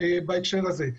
בהקשר הזה.